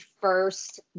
first